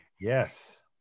Yes